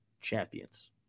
champions